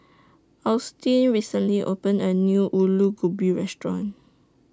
Austin recently opened A New Alu Gobi Restaurant